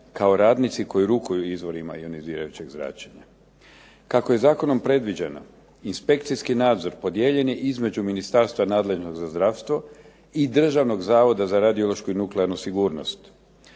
kao radnici koji rukuju izvorima ionizirajućeg zračenja. Kako je zakonom predviđeno, inspekcijski nadzor podijeljen je između ministarstva nadležnog za zdravstvo i Državnog zavoda za radiološku i nuklearnu sigurnost.